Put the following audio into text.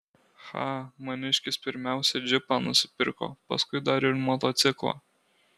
cha maniškis pirmiausia džipą nusipirko paskui dar ir motociklą